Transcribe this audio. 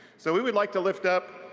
so we would like to lift up